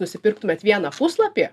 nusipirktumėt vieną puslapį